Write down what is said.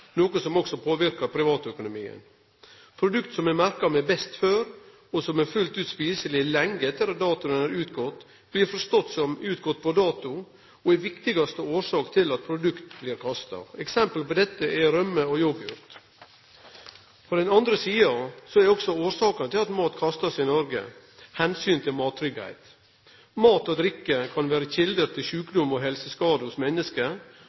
noko som også påverkar privatøkonomien. Produkt som er merka med «best før», og som er fullt ut etande lenge etter at datoen har utgått, blir forstått som «utgått på dato» og er viktigaste årsak til at produkt blir kasta. Eksempel på dette er rømme og yoghurt. På den andre sida er årsakene til at mat blir kasta i Noreg, omsynet til mattryggleik. Mat og drikke kan vere kjelder til sjukdom og helseskade hos menneske.